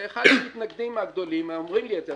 ואחד המתנגדים הגדולים אומרים לי את זה,